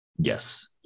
Yes